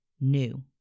new